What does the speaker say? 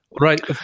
right